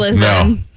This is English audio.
No